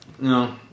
No